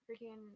freaking